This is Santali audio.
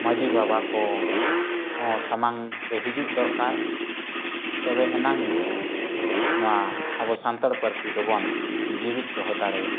ᱢᱟᱺᱡᱷᱤ ᱵᱟᱵᱟ ᱠᱚᱦᱚᱸ ᱥᱟᱢᱟᱝ ᱨᱮ ᱦᱤᱡᱩᱜ ᱫᱚᱨᱠᱟᱨ ᱛᱚᱵᱮᱭ ᱟᱱᱟᱜ ᱜᱮ ᱱᱚᱣᱟ ᱟᱵᱚ ᱥᱟᱱᱛᱟᱲ ᱯᱟᱹᱨᱥᱤ ᱫᱚᱵᱚᱱ ᱡᱤᱣᱮᱫ ᱫᱚᱦᱚ ᱫᱟᱲᱮᱭᱟᱜᱼᱟ